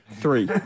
Three